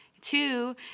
Two